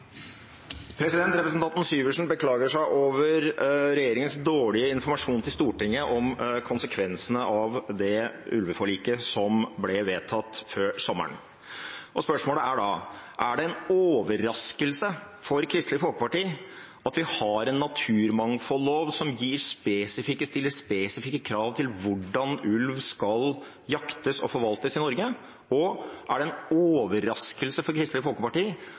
Representanten Hans Olav Syversen beklager seg over regjeringens dårlige informasjon til Stortinget om konsekvensene av det ulveforliket som ble vedtatt før sommeren. Spørsmålet er da: Er den en overraskelse for Kristelig Folkeparti at vi har en naturmangfoldlov som stiller spesifikke krav til hvordan ulv skal jaktes og forvaltes i Norge? Og er det en overraskelse for Kristelig Folkeparti